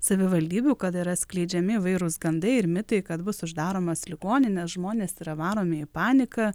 savivaldybių kad yra skleidžiami įvairūs gandai ir mitai kad bus uždaromos ligoninės žmonės yra varomi į paniką